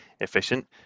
efficient